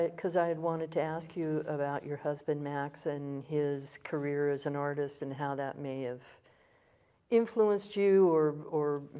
because i had wanted to ask you about your husband, max, and his career as an artist, and how that may have influenced you, or or